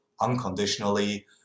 unconditionally